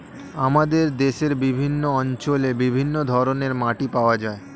আমাদের দেশের বিভিন্ন অঞ্চলে বিভিন্ন ধরনের মাটি পাওয়া যায়